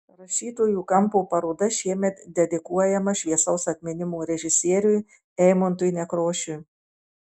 rašytojų kampo paroda šiemet dedikuojama šviesaus atminimo režisieriui eimuntui nekrošiui